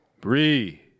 Bree